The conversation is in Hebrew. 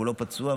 כולו פצוע,